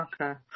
okay